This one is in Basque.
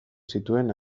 zituen